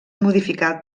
modificat